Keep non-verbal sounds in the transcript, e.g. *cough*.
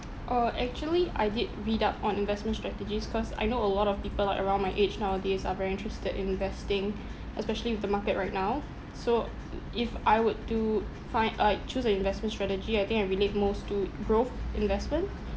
uh actually I did read up on investment strategies cause I know a lot of people like around my age nowadays are very interested in investing especially with the market right now so *noise* if I were to find uh choose a investment strategy I think I relate most to growth investment